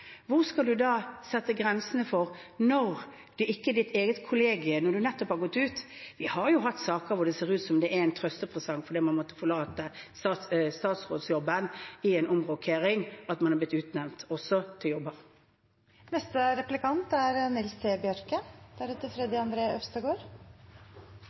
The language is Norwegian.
Hvor skal man sette grensene for når det ikke er ditt eget kollegium, når du nettopp har gått ut? Vi har jo hatt saker hvor det ser ut som om det er en trøstepresang fordi man måtte forlate statsrådsjobben i en omrokering, at man har blitt utnevnt til jobber. Det var mykje diskusjon her om kva som er